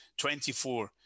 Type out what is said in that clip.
24